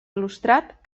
il·lustrat